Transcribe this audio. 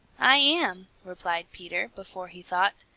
i am, replied peter, before he thought.